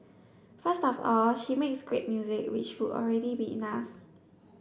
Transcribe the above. first of all she makes great music which would already be enough